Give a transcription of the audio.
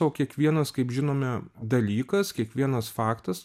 o kiekvienas kaip žinome dalykas kiekvienas faktas